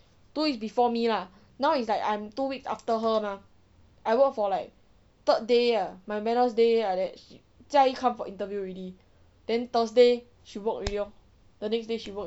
two weeks before me lah now it's like I'm two weeks after her mah I work for like third day ah my day like that jia yi come for interview already then thursday she work already lor the next day she work